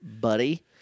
buddy